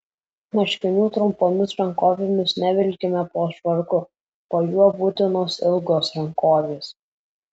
marškinių trumpomis rankovėmis nevilkime po švarku po juo būtinos ilgos rankovės